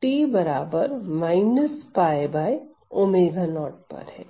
t 𝝅𝛚0 पर है